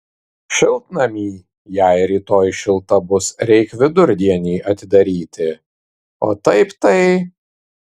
šiltnamį jei rytoj šilta bus reik vidurdienį atidaryti o taip tai